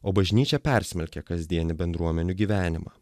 o bažnyčia persmelkia kasdienį bendruomenių gyvenimą